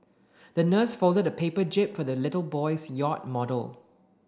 the nurse folded a paper jib for the little boy's yacht model